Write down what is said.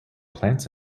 plants